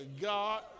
God